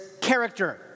character